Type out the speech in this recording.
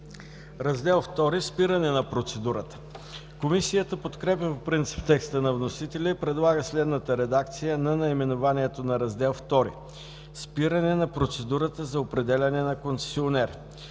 „Раздел ІІ – Спиране на процедурата“. Комисията подкрепя по принцип текста на вносителя и предлага следната редакция за наименованието на Раздел ІІ: „Спиране на процедурата за определяне на концесионер“.